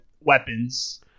weapons